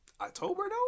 October